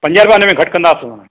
पंज रुपया हुनमें घटि कंदासूंव